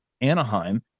Anaheim